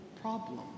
problem